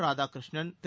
Radhakrishnan Thiru